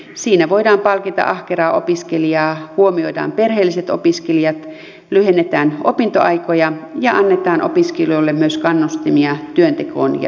siinä voidaan palkita ahkeraa opiskelijaa huomioidaan perheelliset opiskelijat lyhennetään opintoaikoja ja annetaan opiskelijoille myös kannustimia työntekoon ja yrittämiseen